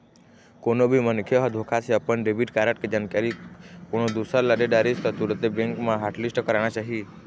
कोनो भी मनखे ह धोखा से अपन डेबिट कारड के जानकारी कोनो दूसर ल दे डरिस त तुरते बेंक म हॉटलिस्ट कराना चाही